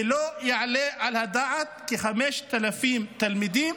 כי לא יעלה על הדעת ש-5,000 תלמידים,